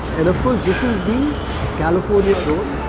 and of course, this is the california roll.